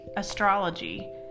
astrology